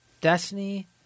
Destiny